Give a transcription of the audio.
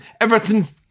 everything's